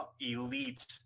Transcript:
elite